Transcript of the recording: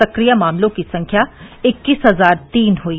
सक्रिय मामलों की संख्या इक्कीस हजार तीन हुई